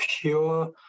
pure